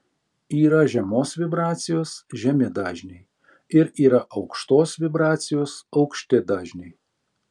yra žemos vibracijos žemi dažniai ir yra aukštos vibracijos aukšti dažniai